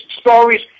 stories